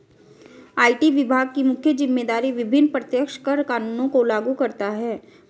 IT विभाग की मुख्य जिम्मेदारी विभिन्न प्रत्यक्ष कर कानूनों को लागू करता है